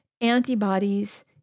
antibodies